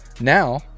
Now